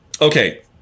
Okay